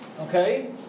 Okay